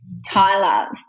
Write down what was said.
Tyler